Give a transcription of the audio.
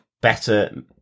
better